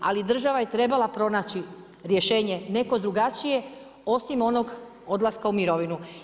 Ali država je trebala pronaći rješenje neko drugačije osim onog odlaska u mirovinu.